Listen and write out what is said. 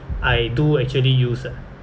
I do actually use